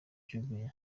jumia